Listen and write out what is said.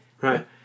Right